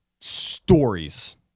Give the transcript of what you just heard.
stories